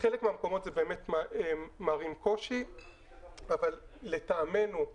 בחלק מהמקומות זה באמת מערים קושי אבל לטעמנו,